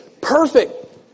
Perfect